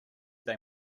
they